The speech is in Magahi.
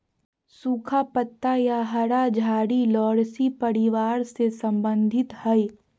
सुखा पत्ता या हरा झाड़ी लॉरेशी परिवार से संबंधित हइ